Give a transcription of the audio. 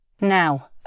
Now